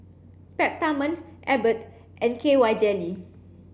Peptamen Abbott and K Y Jelly